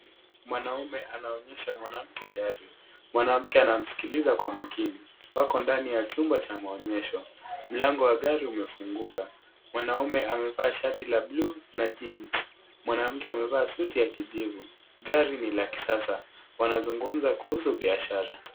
Mwanamume anaonyesha mwanamke gari. Mwanamke anamsikiliza kwa makini. Wako ndani ya chumba cha maonyesho. Mlango wa gari umefunguka. Mwanamume amevaa shati la buluu na jeans . Mwanamke amevaa suti ya kijivu. Gari ni la kisasa. Wanazungumza kuhusu biashara.